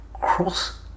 cross